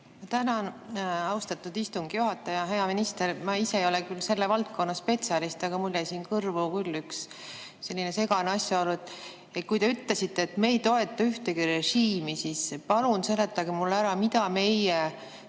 Tänan, austatud istungi juhataja! Hea minister! Ma ise ei ole selle valdkonna spetsialist, aga mulle jäi kõrvu üks segane asjaolu. Te ütlesite, et me ei toeta ühtegi režiimi. Aga palun seletage mulle ära, mida meie